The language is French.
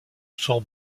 son